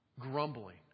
grumbling